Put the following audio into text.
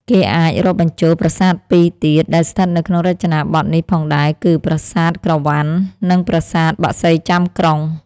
គេអាចរាប់បញ្ចូលប្រាសាទពីរទៀត ដែលស្ថិតនៅក្នុងរចនាបថនេះផងដែរ គឺ ប្រាសាទក្រវាន់ និង ប្រាសាទបក្សីចាំក្រុង ។